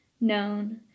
known